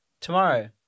Tomorrow